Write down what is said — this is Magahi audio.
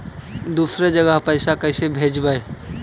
दुसरे जगह पैसा कैसे भेजबै?